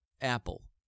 apple